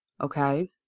Okay